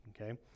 okay